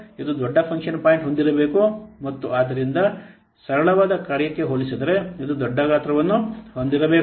ಇದು ದೊಡ್ಡ function point ಹೊಂದಿರಬೇಕು ಮತ್ತು ಆದ್ದರಿಂದ ಸರಳವಾದ ಕಾರ್ಯಕ್ಕೆ ಹೋಲಿಸಿದರೆ ಇದು ದೊಡ್ಡ ಗಾತ್ರವನ್ನು ಹೊಂದಿರಬೇಕು